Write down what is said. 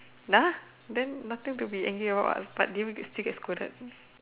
ya then nothing to be angry about what but did you still get scolded